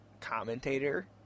commentator